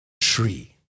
tree